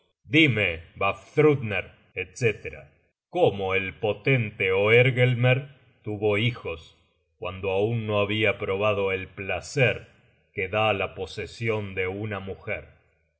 dime vafthrudner etc cómo el potente oergelmer tuvo hijos cuando aun no habia probado el placer que da la posesion de una mujer